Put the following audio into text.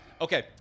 Okay